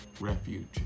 Refuge